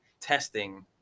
testing